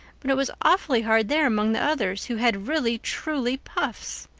but it was awfully hard there among the others who had really truly puffs.